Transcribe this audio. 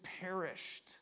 perished